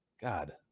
God